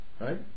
Right